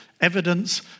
evidence